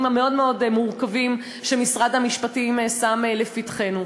המאוד-מאוד מורכבים שמשרד המשפטים שם לפתחנו.